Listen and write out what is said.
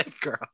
girl